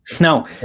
No